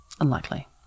unlikely